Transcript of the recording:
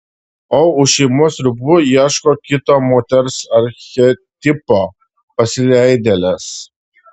o už šeimos ribų ieško kito moters archetipo pasileidėlės